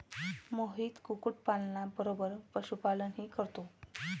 मोहित कुक्कुटपालना बरोबर पशुपालनही करतो